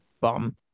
bum